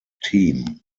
team